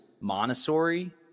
Montessori